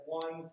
one